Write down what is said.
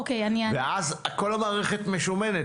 ואז כל המערכת כבר משומנת.